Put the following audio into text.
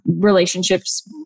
relationships